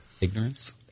Ignorance